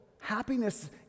Happiness